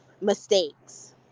mistakes